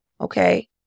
Okay